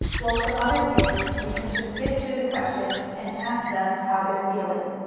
while for other kids, you can just skip to the question and ask them how their feeling.